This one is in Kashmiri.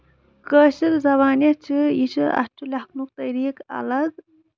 کٲشِر زَبان یُس چھِ یہِ چھِ اَتھ چھُ لٮ۪کھنُک طریٖقہٕ اَلگ